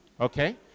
Okay